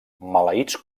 maleïts